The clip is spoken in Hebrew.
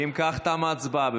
אם כך, תמה ההצבעה.